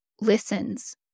listens